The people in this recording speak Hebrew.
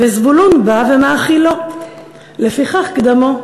וזבולון בא ומאכילו, לפיכך קדמוֹ".